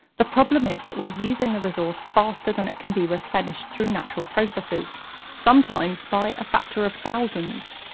the problem is that we're using the resource faster than it can be replenished through natural processes sometimes by a factor of thousands.